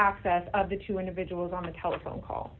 access of the two individuals on the telephone call